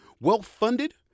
well-funded